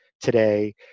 today